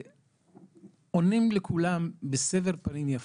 ועונים לכולם בסבר פנים יפות,